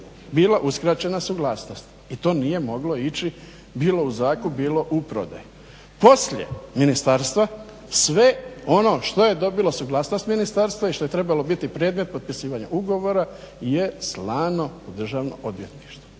bilo uskraćena suglasnost i to nije moglo ići bilo u zakup bilo u prodaju. Poslije ministarstva sve ono što je dobilo suglasnost ministarstva i što je trebalo biti predmet potpisivanja ugovora je slano u državno odvjetništvo.